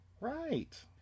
Right